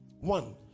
One